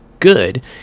Good